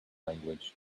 language